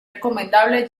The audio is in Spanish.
recomendable